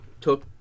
took